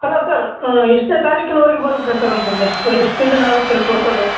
hello sir ಎಷ್ಟನೆ ತಾರೀಖಿನೊರಿಗೆ ಬರ್ಬೇಕು ಸರ್ ಅಂತಂದು ಎಷ್ಟು ಎಷ್ಟು ದಿನ ಆಗತ್ತೆ ರೀ ತೋರಿಸೋದು